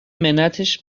منتش